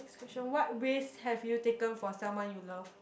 question what ways have you taken for someone you love